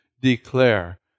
declare